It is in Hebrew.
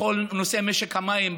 בכל נושא משק המים,